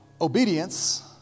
Obedience